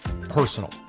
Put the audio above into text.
personal